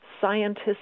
scientists